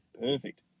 Perfect